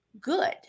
good